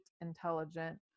intelligent